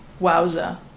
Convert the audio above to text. wowza